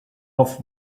off